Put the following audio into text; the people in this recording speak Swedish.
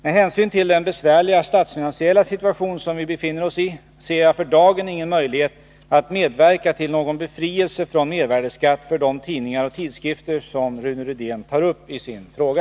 Med hänsyn till den besvärliga statsfinansiella situation som vi befinner ossi, ser jag för dagen ingen möjlighet att medverka till någon befrielse från mervärdeskatt för de tidningar och tidskrifter som Rune Rydén tar upp i sin fråga.